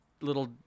little